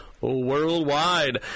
Worldwide